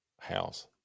house